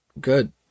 good